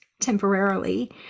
temporarily